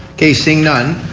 seeing none.